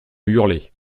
hurlait